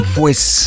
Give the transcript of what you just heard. voice